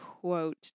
quote